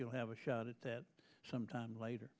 you'll have a shot at that some time later